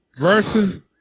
versus